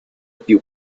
più